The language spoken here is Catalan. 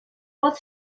pot